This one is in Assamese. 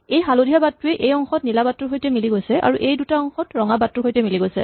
এই হালধীয়া বাটটোৱে এই অংশত নীলা বাটটোৰ সৈতে মিলি গৈছে আৰু এই দুটা অংশত ৰঙা বাটটোৰ সৈতে মিলি গৈছে